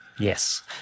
Yes